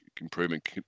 improvement